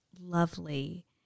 lovely